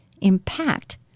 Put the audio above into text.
impact